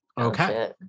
okay